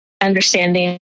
understanding